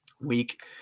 week